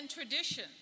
tradition